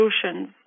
solutions